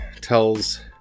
tells